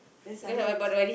then suddenly